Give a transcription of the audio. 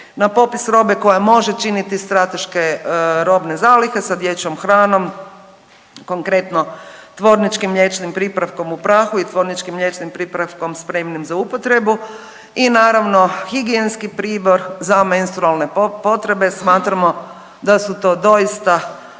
na popis robe koja može činiti strateške robne zalihe sa dječjom hranom, konkretno tvorničkim mliječnim pripravkom u prahu i tvorničkim mliječnim pripravkom spremnim za upotrebu i naravno higijenski pribor za menstrualne potrebe, smatramo da su to doista